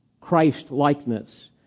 Christ-likeness